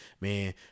man